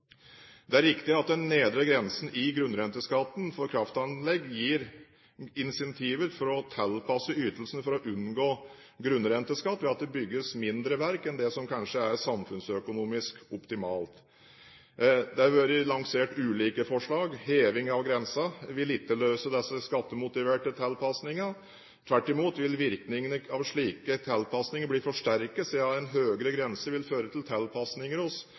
Det er riktig at den nedre grensen i grunnrenteskatten for kraftanlegg gir incentiver til å tilpasse ytelsen for å unngå grunnrenteskatt, ved at det bygges mindre verk enn det som kanskje er samfunnsøkonomisk optimalt. Det har vært lansert ulike forslag. Heving av grensen vil ikke løse disse skattemotiverte tilpasningene. Tvert imot vil virkningene av slike tilpasninger bli forsterket siden en høyere grense vil føre til tilpasninger hos